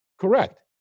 Correct